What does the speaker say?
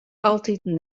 altiten